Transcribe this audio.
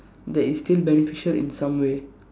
that is still beneficial in some way